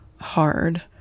hard